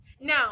now